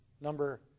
number